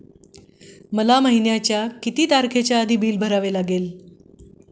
मला महिन्याचा कोणत्या तारखेच्या आधी बिल भरावे लागेल?